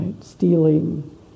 Stealing